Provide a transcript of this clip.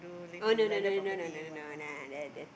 oh no no no no no no nah that that